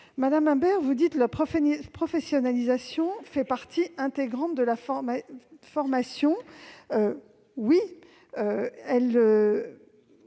Madame Imbert, vous affirmez que la professionnalisation fait partie intégrante de la formation. C'est